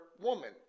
woman